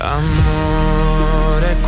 amore